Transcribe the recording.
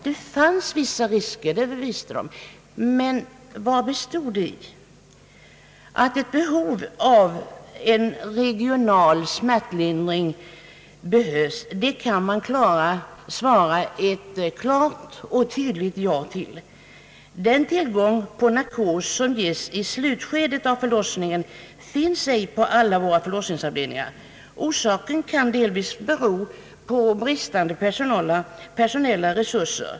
Det fanns vissa risker, det visste de. Men vari bestod riskerna? Att ett behov föreligger för regional smärtlindring kan man svara ja till. Den tillgång till narkos som ges i slutskedet av förlossningen finns inte på alla våra förlossningsavdelningar. Orsaken kan delvis vara bristande personella resurser.